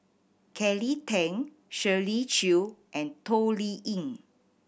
Kelly Tang Shirley Chew and Toh Liying